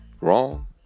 Wrong